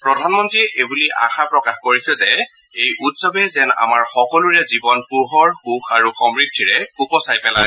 প্ৰধানমন্ত্ৰীয়ে এই বুলি আশা প্ৰকাশ কৰিছে যে এই উৎসৱে যেন আমাৰ সকলোৰে জীৱন পোহৰ সুখ আৰু সমৃদ্ধিৰে ওপচাই পেলায়